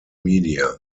media